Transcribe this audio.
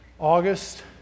August